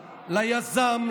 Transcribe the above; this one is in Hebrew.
ליזם,